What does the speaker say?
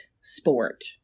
sport